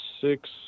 six